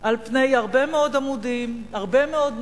פני הרבה מאוד עמודים, הרבה מאוד נאומים,